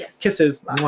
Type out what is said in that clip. Kisses